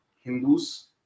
Hindu's